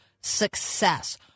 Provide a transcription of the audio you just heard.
success